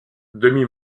demi